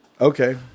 Okay